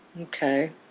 Okay